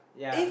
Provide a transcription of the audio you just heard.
yeah